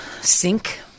sink